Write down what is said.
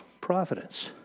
providence